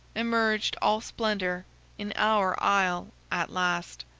emerged all splendor in our isle at last.